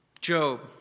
Job